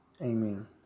Amen